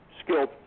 skilled